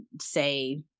say